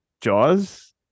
Jaws